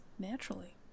Naturally